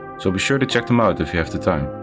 so be sure to check them out if you have the time.